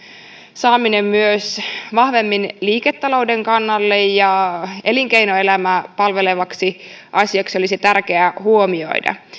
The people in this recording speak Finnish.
saaminen myös vahvemmin liiketalouden kannalle ja elinkeinoelämää palvelevaksi asiaksi olisi tärkeää huomioida